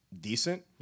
decent